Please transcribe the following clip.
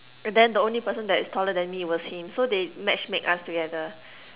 and then the only person that was taller than me was him so they matchmake us together